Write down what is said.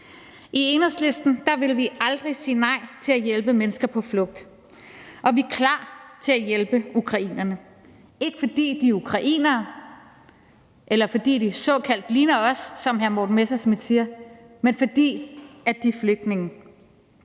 I Enhedslisten vil vi aldrig sige nej til at hjælpe mennesker på flugt, og vi er klar til at hjælpe ukrainerne, ikke fordi de er ukrainere, eller fordi de ligner os, som hr. Morten Messerschmidt siger, men fordi de er flygtninge.